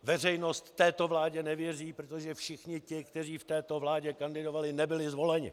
Veřejnost této vládě nevěří, protože všichni ti, kteří v této vládě kandidovali, nebyli zvoleni.